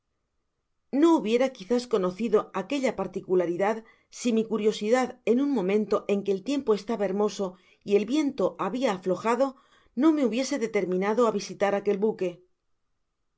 no hubiera quizás conocido aquella particularidad si mi c riosidad en un momento en que el tiempo estaba hermso y el viento habia aflojado no me hubiese determinao á visitar aquel buque el contramaestre que